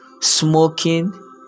smoking